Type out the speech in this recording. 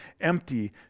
empty